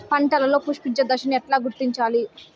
పంటలలో పుష్పించే దశను ఎట్లా గుర్తించాలి?